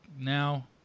now